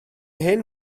hen